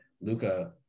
Luca